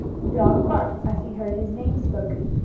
the dog barked, as he heard his name spoken.